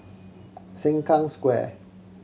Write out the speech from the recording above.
Sengkang Square